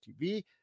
TV